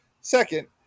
second